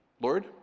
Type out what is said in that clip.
Lord